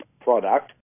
product